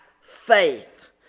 faith